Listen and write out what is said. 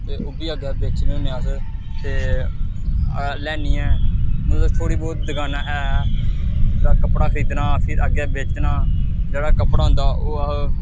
ते ओह् बी अग्गें बेचने होन्ने अस ते लेआनियै मतलब थोह्ड़ी बहुत दकानां ऐ जिसदा कपड़ा खरीदना फ्ही अग्गें बेचना जेह्ड़ा कपड़ा होंदा ओह् अस